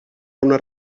una